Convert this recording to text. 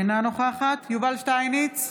אינה נוכחת יובל שטייניץ,